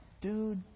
dude